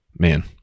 Man